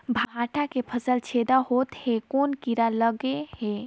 भांटा के फल छेदा होत हे कौन कीरा लगे हे?